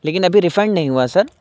لیکن ابھی ریفنڈ نہیں ہوا ہے سر